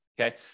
okay